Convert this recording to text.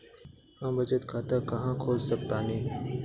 हम बचत खाता कहां खोल सकतानी?